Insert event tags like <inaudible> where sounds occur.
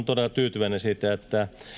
<unintelligible> todella tyytyväinen siitä että